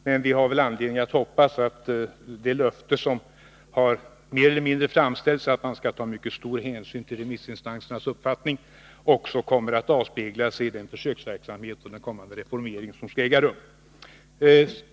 Men vi har anledning att hoppas att det löfte som mer eller mindre har framställts om att man skall ta mycket stor hänsyn till remissinstansernas uppfattning också kommer att avspegla sig i den försöksverksamhet och den reformering som skall äga rum.